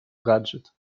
гаджет